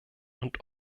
und